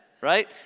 right